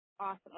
Awesome